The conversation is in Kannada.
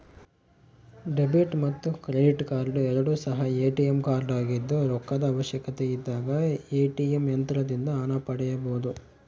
ಡೆಬಿಟ್ ಮತ್ತು ಕ್ರೆಡಿಟ್ ಕಾರ್ಡ್ ಎರಡು ಸಹ ಎ.ಟಿ.ಎಂ ಕಾರ್ಡಾಗಿದ್ದು ರೊಕ್ಕದ ಅವಶ್ಯಕತೆಯಿದ್ದಾಗ ಎ.ಟಿ.ಎಂ ಯಂತ್ರದಿಂದ ಹಣ ಪಡೆಯಬೊದು